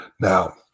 Now